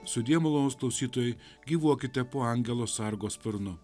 sudie malonūs klausytojai gyvuokite po angelo sargo sparnu